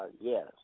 Yes